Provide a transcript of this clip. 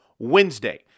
Wednesday